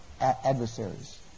adversaries